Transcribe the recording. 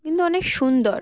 কিন্তু অনেক সুন্দর